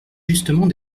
justement